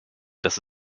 dass